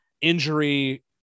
injury